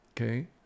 okay